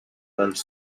dels